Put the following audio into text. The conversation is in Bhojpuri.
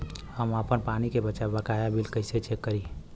हम आपन पानी के बकाया बिल कईसे चेक करी?